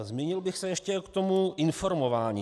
Zmínil bych se ještě o tom informování.